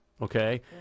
Okay